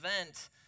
event